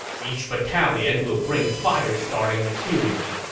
each battalion will bring fire-starting material.